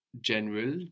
General